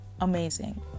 amazing